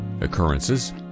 occurrences